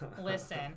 Listen